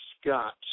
Scott